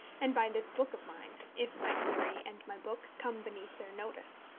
and by this book of mine, if my theory and my book come beneath their notice.